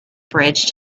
bridge